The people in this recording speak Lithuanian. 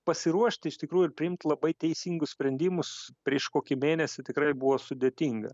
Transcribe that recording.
pasiruošti iš tikrųjų ir priimti labai teisingus sprendimus prieš kokį mėnesį tikrai buvo sudėtinga